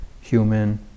human